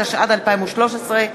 התשע"ד 2013,